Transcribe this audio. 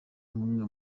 nk’umwe